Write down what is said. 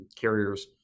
carriers